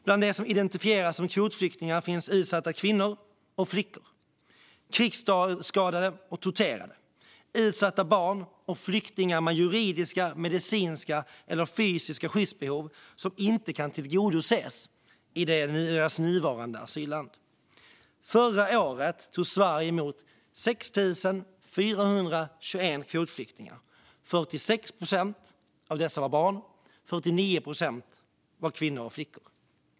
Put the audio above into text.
Bland dem som identifieras som kvotflyktingar finns utsatta kvinnor och flickor, krigsskadade och torterade, utsatta barn och flyktingar med juridiska, medicinska eller fysiska skyddsbehov som inte kan tillgodoses i deras nuvarande asylland. Förra året tog Sverige emot 6 421 kvotflyktingar. Av dessa var 46 procent barn och 49 procent kvinnor och flickor.